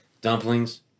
dumplings